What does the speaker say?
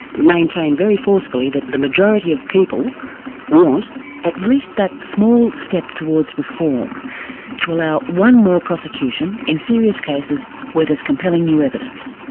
maintain very forcefully that the majority of people want at least that small step towards reform to allow one more prosecution in serious cases where there's compelling new evidence.